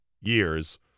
years